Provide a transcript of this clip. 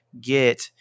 get